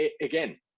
again